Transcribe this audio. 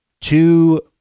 two